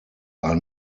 are